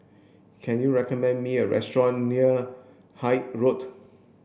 can you recommend me a restaurant near Hythe Road